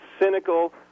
cynical